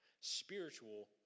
Spiritual